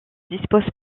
dispose